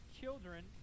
children